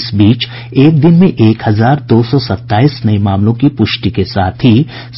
इस बीच एक दिन में एक हजार दो सौ सत्ताईस नये मामलों की पुष्टि के साथ ही